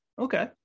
Okay